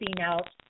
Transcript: out